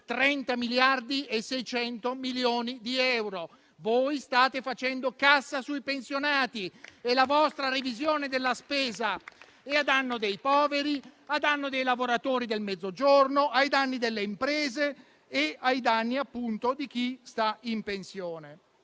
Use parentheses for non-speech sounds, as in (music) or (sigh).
30 miliardi e 600 milioni di euro. Voi state facendo cassa sui pensionati (applause) e la vostra revisione della spesa è a danno dei poveri, dei lavoratori del Mezzogiorno, delle imprese e di chi sta in pensione.